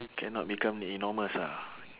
cannot become enormous ah